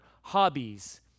hobbies